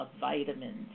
vitamins